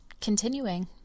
continuing